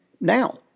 now